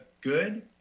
Good